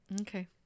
Okay